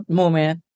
moment